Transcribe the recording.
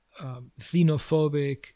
xenophobic